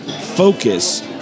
focus